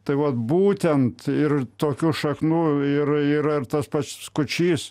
tai vat būtent ir tokių šaknų ir ir ar tas pats kučys